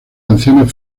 canciones